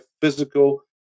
physical